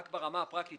ברמה הפרקטית